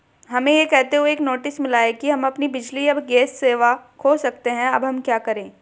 हमें यह कहते हुए एक नोटिस मिला कि हम अपनी बिजली या गैस सेवा खो सकते हैं अब हम क्या करें?